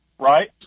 Right